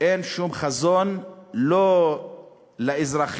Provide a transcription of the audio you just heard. אין שום חזון לא לאזרחים